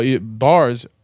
Bars